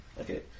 Okay